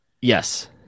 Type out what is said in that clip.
Yes